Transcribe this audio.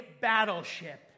battleship